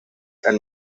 and